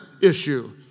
issue